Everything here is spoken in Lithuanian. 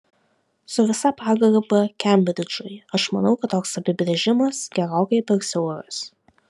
su visa pagarba kembridžui aš manau kad toks apibrėžimas gerokai per siauras